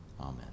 Amen